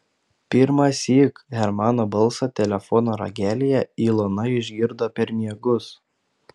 pirmąsyk hermano balsą telefono ragelyje ilona išgirdo per miegus